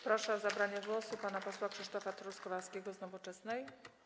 Proszę o zabranie głosu pana posła Krzysztofa Truskolaskiego z Nowoczesnej.